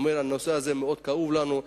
ואומר: הנושא הזה מאוד כאוב לנו.